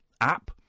app